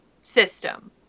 system